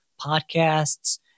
podcasts